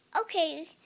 Okay